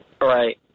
Right